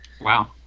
Wow